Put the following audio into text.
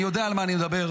אני יודע על מה אני מדבר,